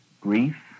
grief